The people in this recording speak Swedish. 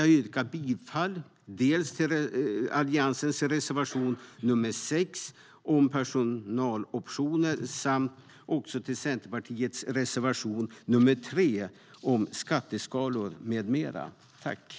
Jag yrkar bifall till Alliansens reservation nr 6 om personaloptioner och till Centerpartiets reservation nr 3 om skatteskalor med mera.